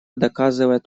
доказывает